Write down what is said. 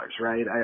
right